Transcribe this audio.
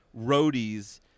roadies